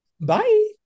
Bye